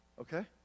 okay